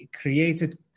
created